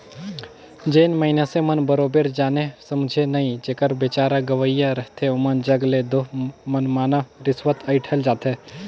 जेन मइनसे मन बरोबेर जाने समुझे नई जेकर बिचारा गंवइहां रहथे ओमन जग ले दो मनमना रिस्वत अंइठल जाथे